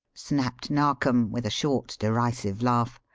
snapped narkom, with a short, derisive laugh.